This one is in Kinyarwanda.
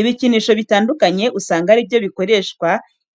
Ibikinisho bitandukanye usanga ari byo bikoreshwa